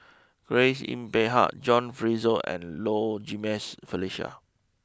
Grace Yin Peck Ha John Fraser and Low Jimenez Felicia